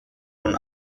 und